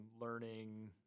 learning